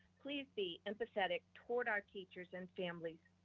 please be empathetic toward our teachers and families.